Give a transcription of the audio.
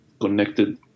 connected